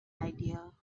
idea